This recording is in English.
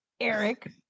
Eric